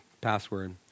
password